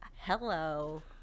Hello